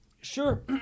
sure